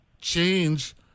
change